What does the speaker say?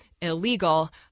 illegal